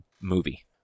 movie